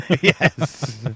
Yes